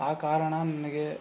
ಆ ಕಾರಣ ನನಗೆ